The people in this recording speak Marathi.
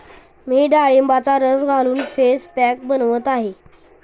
मी डाळिंबाचा रस घालून फेस पॅक बनवत आहे